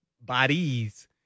bodies